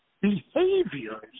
behaviors